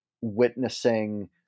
witnessing